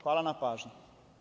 Hvala vam na pažnji.